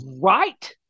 right